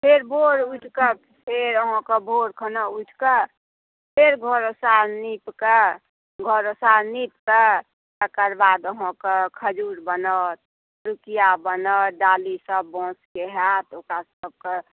फेर भोर उठिकऽ फेर अहाँके भोर खना उठिकऽ फेर घर साँझकऽ घर साँझ निपकऽ तकर बाद अहाँके खजुर बनल पिड़किया सभ बनत डाली बाँसके होइ छै ओकरा सभके